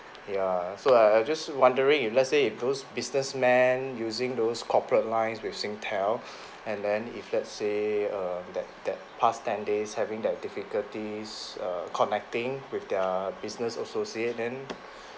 ya so I I'm just wondering if let's say if those business man using those corporate lines with Singtel and then if let's say err that that past ten days having that difficulties err connecting with their business associate then